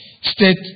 state